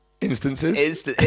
instances